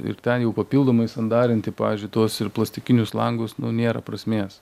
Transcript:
ir ten jau papildomai sandarinti pavyzdžiui tuos ir plastikinius langus nu nėra prasmės